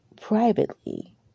privately